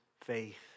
faith